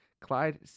Clyde